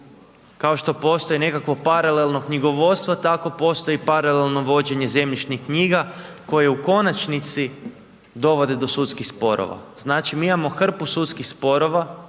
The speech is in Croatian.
kao što postoji nekakvo paralelno knjigovodstvo, tako postoji paralelno vođenje zemljišnih knjiga koje u konačnici dovode do sudskih sporova. Znači, mi imamo hrpu sudskih sporova